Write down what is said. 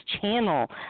channel